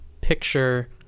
picture